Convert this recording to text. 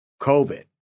COVID